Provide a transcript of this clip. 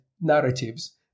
narratives